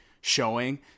showing